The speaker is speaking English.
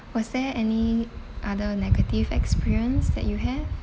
was there any other negative experience that you have